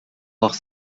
noch